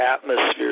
Atmosphere